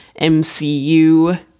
MCU